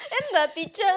then the teacher